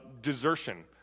desertion